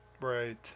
Right